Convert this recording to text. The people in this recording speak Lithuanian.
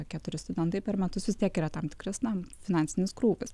keturi studentai per metus vis tiek yra tam tikras na finansinis krūvis